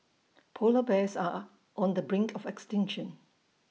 Polar Bears are on the brink of extinction